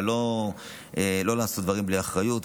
אבל לא לעשות דברים בלי אחריות.